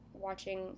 watching